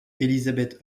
elisabeth